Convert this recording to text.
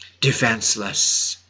defenseless